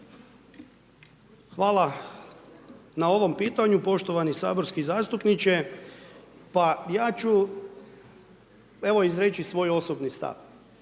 Hvala na ovom pitanju poštovani saborski zastupniče. Pa ja ću, evo, izreći svoje osobni stav.